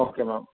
okay ma'am